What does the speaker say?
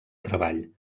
treball